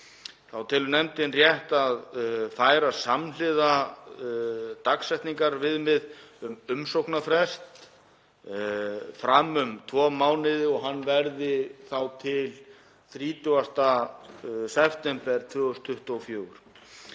Þá telur nefndin rétt að færa samhliða dagsetningarviðmið um umsóknarfrest fram um tvo mánuði og hann verði þá til 30. september 2024.